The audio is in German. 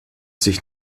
sich